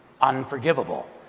unforgivable